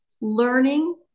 learning